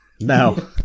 No